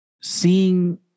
seeing